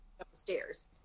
upstairs